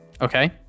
Okay